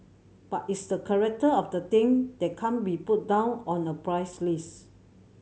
but it's the character of the thing that can't be put down on a price list